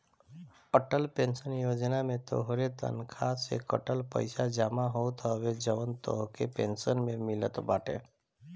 Atal pension योजना में तोहरे तनखा से कटल पईसा जमा होत हवे जवन तोहके पेंशन में मिलत बाटे